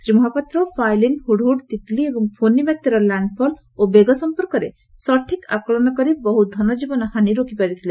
Shri Mahapatra Phailin Hudhud Titli ଏବଂ ଫୋନି ବାତ୍ୟାର landfall ଓ ବେଗ ସମ୍ମର୍କରେ ସଠିକ୍ ଆକଳନ କରି ବହୁ ଧନଜୀବନ ହାନି ରୋକି ପାରିଥିଲେ